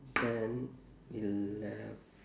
ten elev~